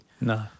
No